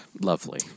Lovely